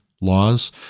laws